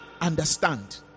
understand